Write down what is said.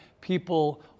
people